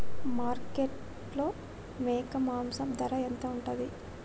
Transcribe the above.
మార్కెట్లో మేక మాంసం ధర ఎంత ఉంటది?